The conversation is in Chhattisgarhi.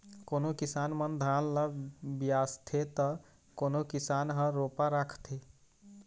कोनो किसान मन धान ल बियासथे त कोनो किसान ह रोपा राखथे